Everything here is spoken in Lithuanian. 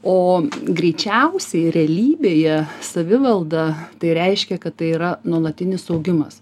o greičiausiai realybėje savivalda tai reiškia kad tai yra nuolatinis augimas